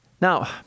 Now